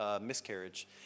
miscarriage